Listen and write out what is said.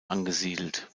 angesiedelt